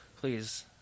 please